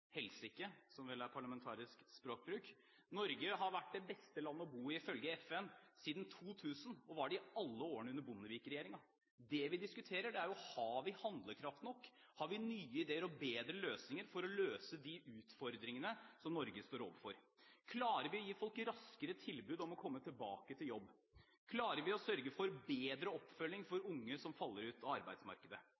helsike, som vel er parlamentarisk språkbruk. Norge har ifølge FN vært det beste landet å bo i siden 2000 og var det i alle årene under Bondevik-regjeringen. Det vi diskuterer, er: Har vi handlekraft nok? Har vi nye ideer og bedre løsninger for å møte de utfordringene som Norge står overfor? Klarer vi raskere å gi folk tilbud om å komme tilbake i jobb? Klarer vi å sørge for bedre oppfølging